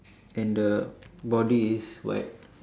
and the body is white